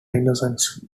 innocence